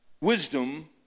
Wisdom